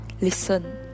listen